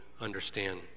understand